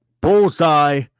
Bullseye